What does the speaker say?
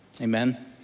amen